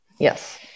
Yes